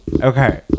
Okay